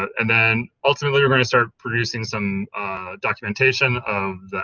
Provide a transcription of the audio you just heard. and then ultimately we're going to start producing some documentation of